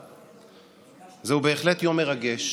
זהו בהחלט יום מרגש,